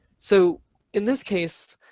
so in this case,